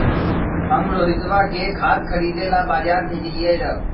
हम रोहितवा के खाद खरीदे ला बजार भेजलीअई र